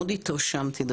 מאוד התרשמתי.